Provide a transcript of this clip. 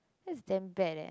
that's damn bad eh